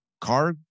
Car